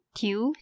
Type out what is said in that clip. two